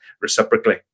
reciprocally